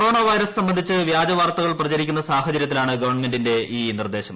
corona virus സംബന്ധിച്ച് വ്യാജവാർത്തകൾ പ്രചരിക്കുന്ന സാഹചര്യത്തിലാണ് ഗവൺമെന്റിന്റെ ഈ നിർദ്ദേശം